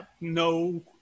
no